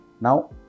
Now